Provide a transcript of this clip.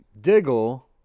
Diggle